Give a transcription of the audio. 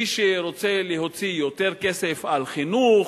מי שרוצה להוציא יותר כסף על חינוך,